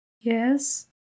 Yes